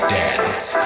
dance